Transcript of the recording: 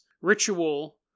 ritual